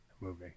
movie